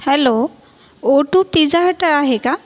hello ओ टू pizza Hut आहे का